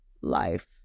life